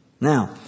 Now